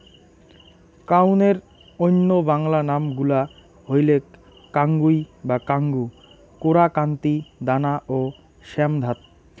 কাউনের অইন্য বাংলা নাম গুলা হইলেক কাঙ্গুই বা কাঙ্গু, কোরা, কান্তি, দানা ও শ্যামধাত